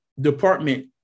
department